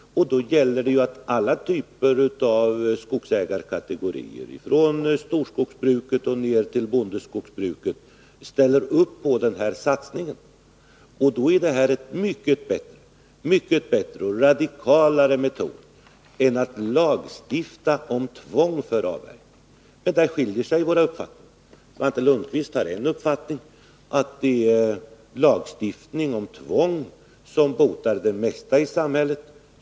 Då gäller det att alla typer av skogsägarkategorier — från storskogsbruket och ned till bondeskogsbruket — ställer upp på en sådan satsning. Det är en mycket bättre och radikalare metod än lagstiftning om tvång för avverkning. Där skiljer sig våra uppfattningar. Svante Lundkvist har den uppfattningen att det är lagstiftning om tvång som botar det mesta i samhället.